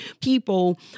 people